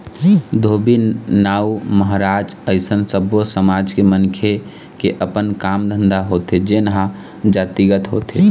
धोबी, नाउ, महराज अइसन सब्बो समाज के मनखे के अपन काम धाम होथे जेनहा जातिगत होथे